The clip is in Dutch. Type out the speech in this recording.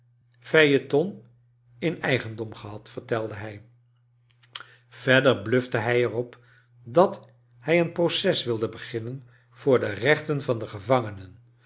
phaeton in eigendom gehad vertelde hij verder blufte hij er op dat hij een proces wilde beginnen voor de rechten van de gevangenen